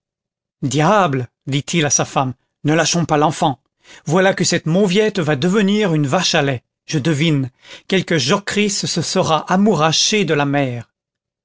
diable dit-il à sa femme ne lâchons pas l'enfant voilà que cette mauviette va devenir une vache à lait je devine quelque jocrisse se sera amouraché de la mère